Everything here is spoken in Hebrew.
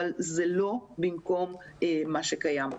אבל זה לא במקום מה שקיים.